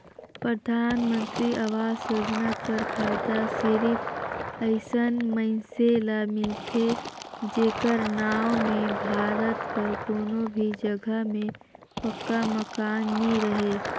परधानमंतरी आवास योजना कर फएदा सिरिप अइसन मइनसे ल मिलथे जेकर नांव में भारत कर कोनो भी जगहा में पक्का मकान नी रहें